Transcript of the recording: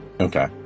Okay